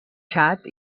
xat